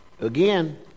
Again